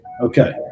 Okay